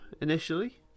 initially